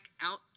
out